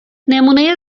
نمونه